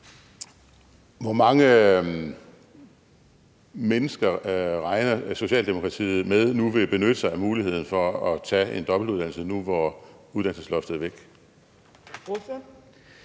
Hvor mange mennesker regner Socialdemokratiet med vil benytte sig af muligheden for at tage en dobbeltuddannelse nu, hvor uddannelsesloftet er væk?